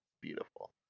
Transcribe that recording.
Beautiful